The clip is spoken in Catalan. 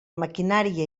maquinària